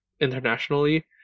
Internationally